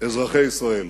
אזרחי ישראל,